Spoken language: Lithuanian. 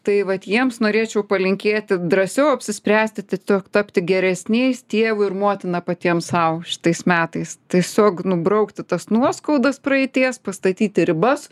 tai vat jiems norėčiau palinkėti drąsiau apsispręsti tiesiog tapti geresniais tėvu ir motina patiems sau šitais metais tiesiog nubraukti tas nuoskaudas praeities pastatyti ribas